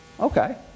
Okay